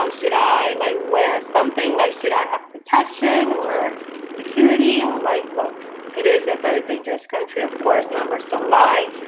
um should i and like where something like, should i have protection or security? and and like, look, it is a very dangerous country. of course, numbers don't lie.